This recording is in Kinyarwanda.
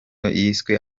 yiswe